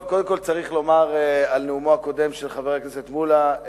קודם כול צריך לומר על נאומו של חבר הכנסת מולה: